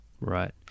Right